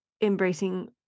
embracing